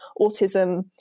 autism